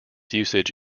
usage